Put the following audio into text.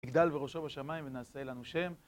מגדל וראשו בשמיים ונעשה לנו שם